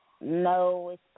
No